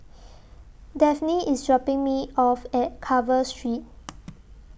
Dafne IS dropping Me off At Carver Street